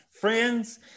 friends